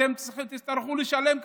אתם תצטרכו לשלם קנס.